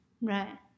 Right